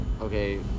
Okay